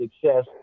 success